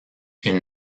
une